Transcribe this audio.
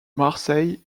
marseille